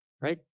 right